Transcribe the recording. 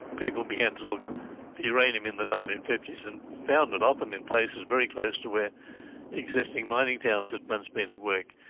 people began to look at uranium in the nineteen fifty s and found it, often in places very close to where existing mining towns had once been at work.